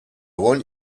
want